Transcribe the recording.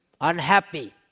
Unhappy